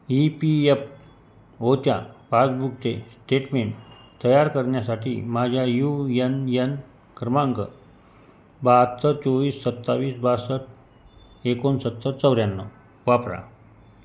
E P F ओच्या पास्बुकचे statement तयार करण्यासाठी माझ्या यू यन यन क्रमांग बहात्तर चोवीस सत्तावीस बासष्ट एकोणसत्तर चौऱ्याण्णव वापरा